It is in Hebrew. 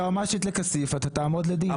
היועצת המשפטית לכסיף: אתה תעמוד לדין.